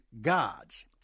gods